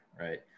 right